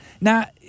Now